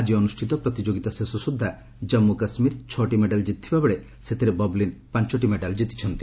ଆଜି ଅନୁଷ୍ଠିତ ପ୍ରତିଯୋଗିତା ଶେଷ ସୁଦ୍ଧା କାମ୍ମୁ କାଶ୍ମୀର ଛ'ଟି ମେଡାଲ ଜିତିଥିବା ବେଳେ ସେଥିରେ ବବଲିନ୍ ପାଞ୍ଚଟି ମେଡାଲ ପାଇଛନ୍ତି